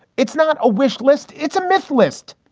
it's not a wish list. it's a myth list.